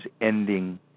ending